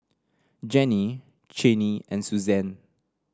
Jenny Channie and Susann